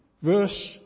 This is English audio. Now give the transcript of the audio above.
Verse